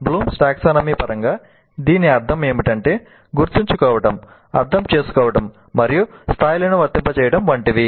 Bloom's వర్గీకరణ పరంగా దీని అర్థం ఏమిటంటే గుర్తుంచుకోవడం అర్థం చేసుకోవడం మరియు స్థాయిలను వర్తింపచేయడం వంటివి